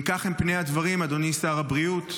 אם כך הם פני הדברים, אדוני שר הבריאות,